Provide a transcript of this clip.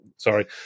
Sorry